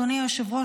אדוני היושב-ראש,